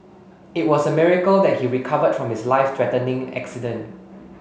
it was a miracle that he recovered from his life threatening accident